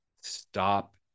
Stop